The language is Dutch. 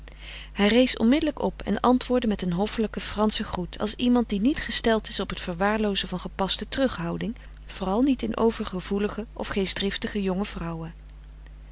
hij rees onmiddelijk op en antwoorde met een hoffelijken franschen groet als iemand die niet gesteld is op t verwaarloozen van gepaste terughouding vooral niet in overgevoelige of geestdriftige jonge vrouwen